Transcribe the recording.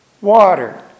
Water